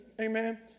Amen